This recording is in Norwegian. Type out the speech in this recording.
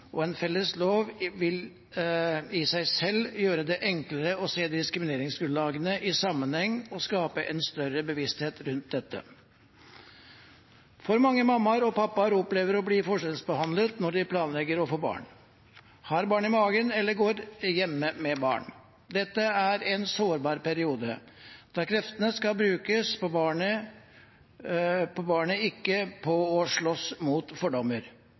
og en felles lov vil i seg selv gjøre det enklere å se diskrimineringsgrunnlagene i sammenheng og skape en større bevissthet rundt dette. For mange mammaer og pappaer opplever å bli forskjellsbehandlet når de planlegger å få barn, har barn i magen eller går hjemme med barn. Dette er en sårbar periode, da kreftene skal brukes på barnet, ikke på å slåss mot fordommer.